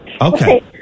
Okay